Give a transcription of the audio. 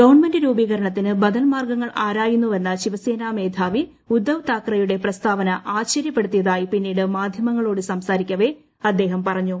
government രൂപീകരണത്തിന് ബദൽ മാർഗ്ഗങ്ങൾ ആരായുന്നുവെന്ന ശിവസേന മേധാവി ഉദ്ധവ് താക്കറെയുടെ പ്രസ്താവന ആശ്ചര്യപ്പെടുത്തിയതായി പിന്നീട് മാധ്യമങ്ങളോട് സംസാരിക്കവെ അദ്ദേഹം പറഞ്ഞു